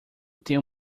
tenho